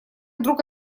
вдруг